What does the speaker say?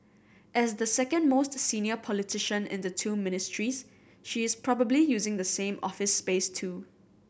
as the second most senior politician in the two Ministries she is probably using the same office space too